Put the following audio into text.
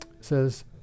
says